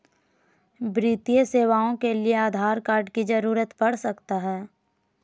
वित्तीय सेवाओं के लिए आधार कार्ड की जरूरत पड़ सकता है?